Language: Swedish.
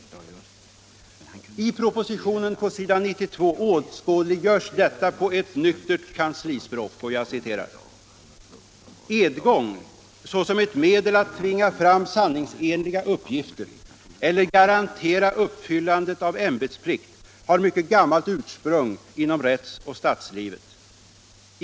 I propositionen, på s. 92, åskådliggörs detta på ett nyktert kanslispråk: ”Edgång såsom ett medel att tvinga fram sanningsenliga uppgifter eller garantera uppfyllandet av ämbetsplikt har mycket gammalt ursprung inom rättsoch statslivet.